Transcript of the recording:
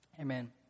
Amen